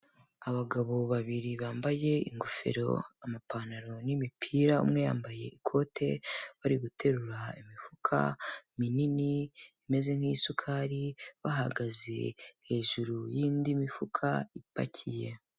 Abagabo babiri bambaye ingofero, amapantaro n'imipira, umwe yambaye ikote, bari guterura imifuka minini imeze nk'isukari, bahagaze hejuru y'indi mifuka ipakiye.